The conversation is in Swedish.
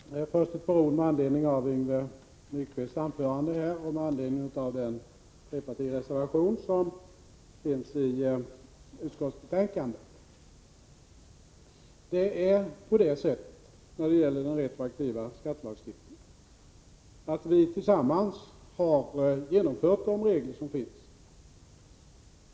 Herr talman! Först ett par ord med anledning av Yngve Nyquists anförande och med anledning av den trepartireservation som finns i utskottsbetänkandet. När det gäller den retroaktiva skattelagstiftningen har vi tillsammans genomfört de regler som finns.